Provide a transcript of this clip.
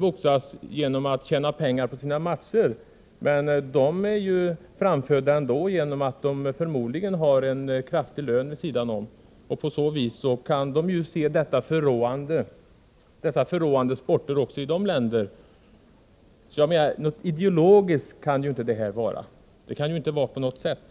De kanske inte tjänar pengar på sina matcher, men de har förmodligen en kraftig lön vid sidan om. På så vis kan man se dessa förråande sporter också i sådana länder. Ideologiskt kan motståndet alltså inte vara på något sätt.